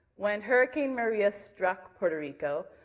when hurricane maria struck puerto rico,